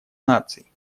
наций